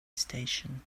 station